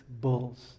Bulls